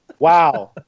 Wow